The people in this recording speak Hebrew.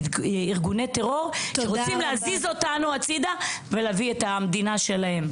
ארגוני טרור שרוצים להזיז אותנו הצידה ולהביא את המדינה שלהם.